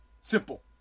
Simple